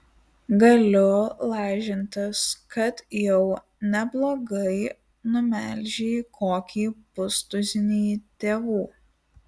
galiu lažintis kad jau neblogai numelžei kokį pustuzinį tėvų